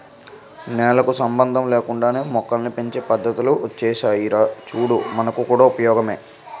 నేలకు సంబంధం లేకుండానే మొక్కల్ని పెంచే పద్దతులు ఒచ్చేసాయిరా చూడు మనకు కూడా ఉపయోగమే